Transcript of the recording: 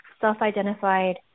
self-identified